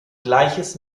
gleiches